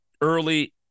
early